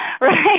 right